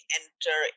enter